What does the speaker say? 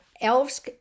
elves